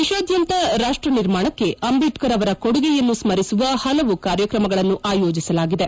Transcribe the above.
ದೇಶಾದ್ಯಂತ ರಾಷ್ಷ ನಿರ್ಮಾಣಕ್ಕೆ ಅಂಬೇಡ್ತರ್ ಅವರ ಕೊಡುಗೆಯನ್ನು ಸರಿಸುವ ಪಲವು ಕಾರ್ಯಕ್ರಮಗಳನ್ನು ಆಯೋಜಿಸಲಾಗಿದೆ